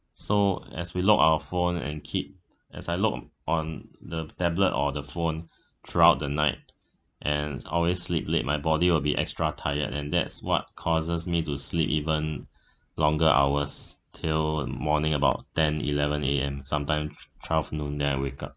so as we look our phone and keep as I look on the tablet or the phone throughout the night and always sleep late my body will be extra tired and that's what causes me to sleep even longer hours till morning about ten eleven A_M sometimes twelve noon then I wake up